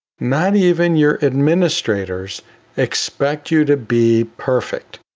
not even your administrators expect you to be perfect,